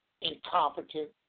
incompetent